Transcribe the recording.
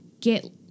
get